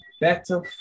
better